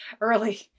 early